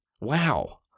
Wow